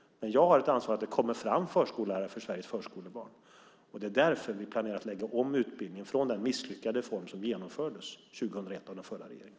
Jag har ett ansvar för att det kommer fram förskollärare för Sveriges förskolebarn. Det är därför vi planerar att lägga om utbildningen från den misslyckade reform som genomfördes 2001 av den förra regeringen.